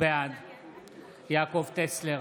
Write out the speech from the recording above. בעד יעקב טסלר,